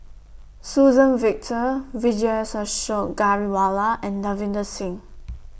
Suzann Victor Vijesh Ashok Ghariwala and Davinder Singh